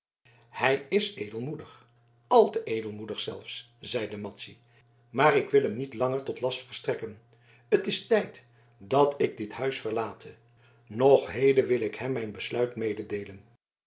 hij is edelmoedig al te edelmoedig zelfs zeide madzy maar ik wil hem niet langer tot last verstrekken het is tijd dat ik dit huis verlate nog heden wil ik hem mijn besluit mededeelen